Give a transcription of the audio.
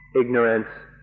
ignorance